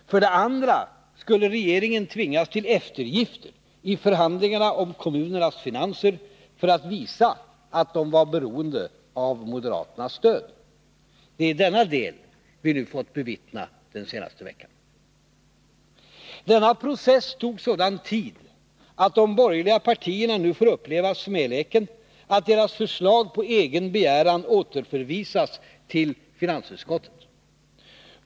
För det andra skulle regeringen tvingas till eftergifter i förhandlingarna om kommunernas finanser för att man skulle visa att den var beroende av moderaternas stöd. Det är denna del vi har fått bevittna den senaste veckan. Denna process tog sådan tid att de borgerliga partierna nu får uppleva smäleken att deras förslag på egen begäran återförvisas till finansutskottet.